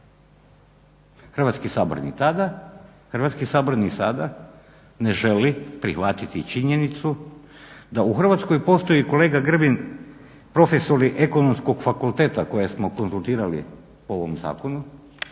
Hrvatski sabor ni tada, Hrvatski sabor ni sada ne želi prihvatiti činjenicu da u Hrvatskoj postoji kolega Grbin profesori Ekonomskog fakultete kojeg smo konzultirali o ovom zakonu